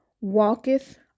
walketh